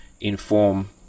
inform